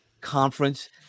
conference